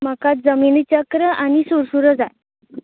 म्हाका जमिनीचक्र आनी सुरसुऱ्यो जाय